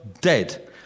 dead